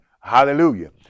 hallelujah